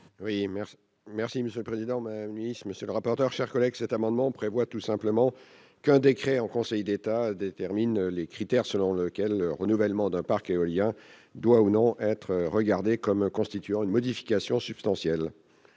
merci, monsieur le président, madame Nice, monsieur le rapporteur, chers collègues, cet amendement prévoit tout simplement qu'un décret en Conseil d'État détermine les critères selon lequel le renouvellement d'un parc éolien doit ou non être regardés comme constituant une modification substantielle